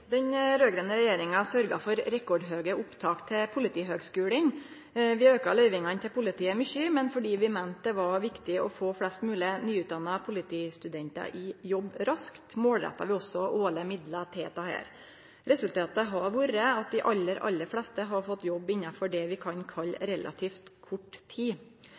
Den raud-grøne regjeringa sørgde for rekordhøge opptak til Politihøgskolen. Vi auka løyvingane til politiet mykje, men fordi vi meinte at det var viktig å få flest mogleg nyutdanna politistudentar i jobb raskt, målretta vi også årleg midlar til dette. Resultatet har vore at dei aller fleste har fått jobb innanfor det vi kan kalle relativt kort tid.